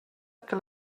que